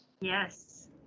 Yes